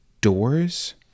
doors